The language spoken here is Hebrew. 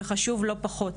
וחשוב לא פחות,